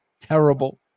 terrible